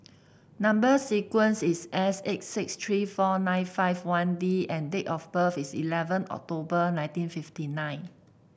number sequence is S eight six three four nine five one D and date of birth is eleven October nineteen fifty nine